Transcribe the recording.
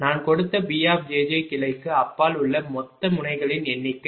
நான் கொடுத்த B கிளைக்கு அப்பால் உள்ள மொத்த முனைகளின் எண்ணிக்கை